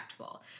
impactful